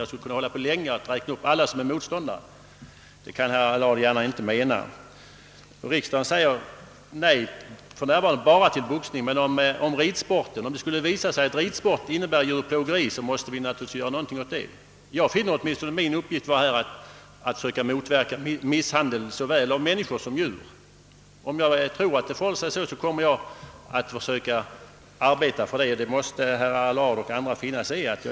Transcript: Jag skulle kunna hålla på länge och räkna upp alla motståndare. Herr Allard kan inte mena detta. För närvarande bör riksdagen säga nej endast till boxningen. Men om det skulle visa sig att ridsport innebär djurplågeri måste vi naturligtvis göra någonting häråt. Jag finner det i alla fall vara min uppgift att försöka motverka misshandel såväl mot människor som mot djur. Om jag tror att det föreligger misshandel kommer jag att försöka motarbeta denna — det får herr Allard och andra finna sig i.